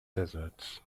deserts